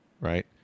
right